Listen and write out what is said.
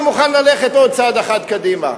אני מוכן ללכת עוד צעד אחד קדימה.